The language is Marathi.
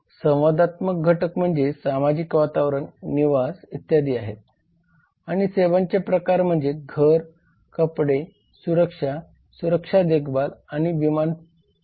संवादात्मक घटक म्हणजे सामाजिक वातावरण निवास इत्यादी आहेत आणि सेवांचे प्रकार म्हणजे घर कपडे सुरक्षा सुरक्षा देखभाल आणि विमा सेवा हे आहेत